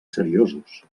seriosos